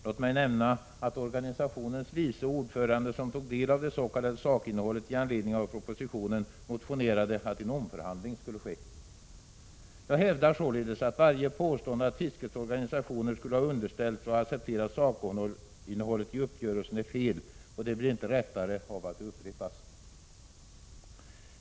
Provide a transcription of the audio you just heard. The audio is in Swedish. Låt mig nämna att organisationens Jag hävdar således att varje påstående att fiskets organisationer skulle ha underställts och accepterat sakinnhållet i uppgörelsen är felaktigt, och de blir inte riktigare av att de upprepas.